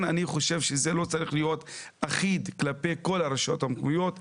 אני חושב שזה לא צריך להיות אחיד כלפי כל הרשויות המקומיות,